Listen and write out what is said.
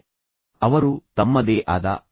ನಾನು ಹೇಳಿದಂತೆ ಇದು ನಾವು ಹಿಂದಿನ ಚರ್ಚೆಗೆ ಹತ್ತಿರದಲ್ಲಿದೆ